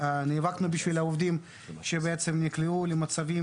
נאבקנו בשביל העובדים שנקלעו למצבים